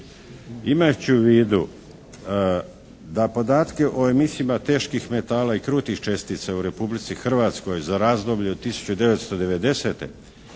Imajući u vidu da podatke o emisijama teških metala i krutih čestica u Republici Hrvatskoj za razdoblje od 1990.